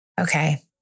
Okay